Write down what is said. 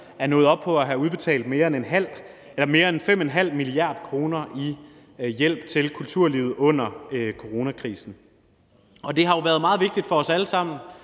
er nået op på at have udbetalt mere end 5,5 mia. kr. i hjælp til kulturlivet under coronakrisen. Det har jo været meget vigtigt for os alle sammen